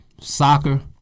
Soccer